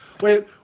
Wait